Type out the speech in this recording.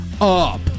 up